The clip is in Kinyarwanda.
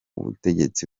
ubutegetsi